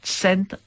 sent